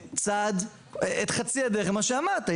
ללכת את חצי הדרך למה שאמרת.